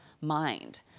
mind